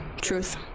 truth